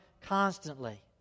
constantly